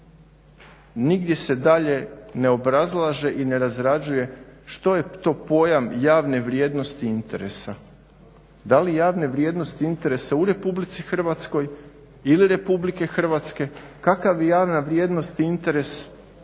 Nigdje se dalje ne obrazlaže i ne razrađuje što je to pojam javne vrijednosti i interesa. Da li javne vrijednosti i interesa u Republici Hrvatskoj ili Republike Hrvatske? Kakav bi javna vrijednost i interes